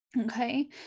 Okay